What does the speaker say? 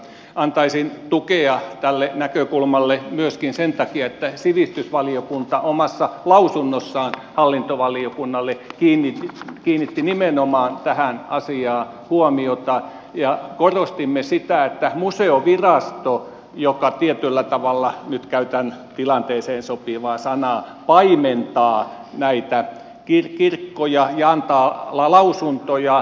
antaisin tukea tälle näkökulmalle myöskin sen takia että sivistysvaliokunta omassa lausunnossaan hallintovaliokunnalle kiinnitti nimenomaan tähän asiaan huomiota ja korostimme sitä että museovirasto tietyllä tavalla nyt käytän tilanteeseen sopivaa sanaa paimentaa näitä kirkkoja ja antaa lausuntoja